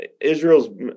Israel's